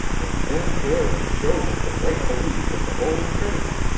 and then there he showed him the right belief of the holy trinity,